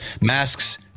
masks